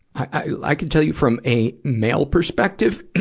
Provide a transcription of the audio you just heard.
i, i can tell you from a male perspective,